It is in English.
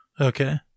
Okay